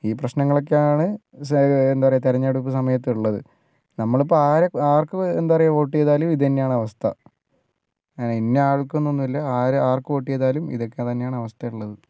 ഈ പ്രശ്നങ്ങൾ ഒക്കെയാണ് എന്താ പറയുക തിരഞ്ഞെടുപ്പ് സമയത്ത് ഉള്ളത് നമ്മൾ ഇപ്പൊൾ ആര് ആർക്ക് എന്താ പറയുക വോട്ട് ചെയ്താലും ഇത് തന്നെയാണ് അവസ്ഥ ഇന്ന ആൾക്ക് ഒന്നുമില്ല ആര് ആർക്ക് വോട്ട് ചെയ്താലും ഇതൊക്കെ തന്നെയാണ് അവസ്ഥയുള്ളത്